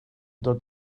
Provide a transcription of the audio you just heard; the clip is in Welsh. dod